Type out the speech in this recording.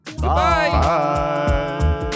Bye